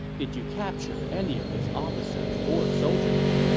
did you capture any of his officers or soldiers?